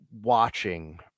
watching